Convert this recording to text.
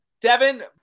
Devin